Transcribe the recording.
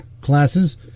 classes